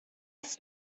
ist